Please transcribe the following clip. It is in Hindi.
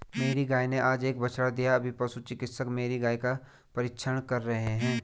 मेरी गाय ने आज एक बछड़ा दिया अभी पशु चिकित्सक मेरी गाय की परीक्षण कर रहे हैं